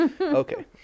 okay